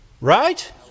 Right